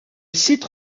site